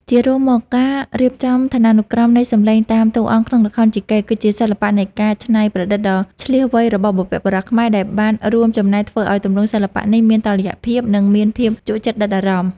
ជារួមមក ការរៀបចំឋានានុក្រមនៃសំឡេងតាមតួអង្គក្នុងល្ខោនយីកេ គឺជាសិល្បៈនៃការច្នៃប្រឌិតដ៏ឈ្លាសវៃរបស់បុព្វបុរសខ្មែរ ដែលបានរួមចំណែកធ្វើឱ្យទម្រង់សិល្បៈនេះមានតុល្យភាព និងមានភាពជក់ចិត្តដិតអារម្មណ៍។